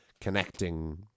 connecting